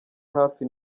hafi